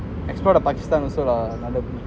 explore the pakistan also lah another